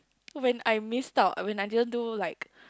when I missed out when I didn't do like